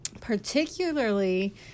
particularly